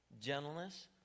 gentleness